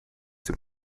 dem